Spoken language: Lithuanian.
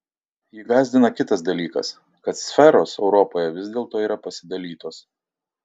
jį gąsdina kitas dalykas kad sferos europoje vis dėlto yra pasidalytos